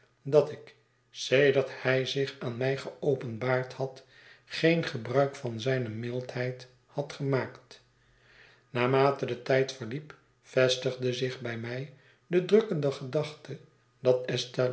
dat ik sedert hij zich aan mij geopenbaard had geen gebruik van zijne mildheid had gemaakt naarmate de tijd verliep vestigde zich bij mij de drukkende gedachte dat